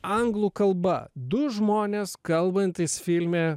anglų kalba du žmonės kalbantys filme